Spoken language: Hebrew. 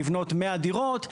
לבנות מאה דירות,